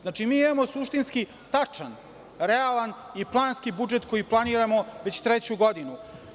Znači, mi imamo suštinski tačan, realan i planski budžet koji planiramo već treću godinu.